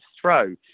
throw